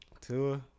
Tua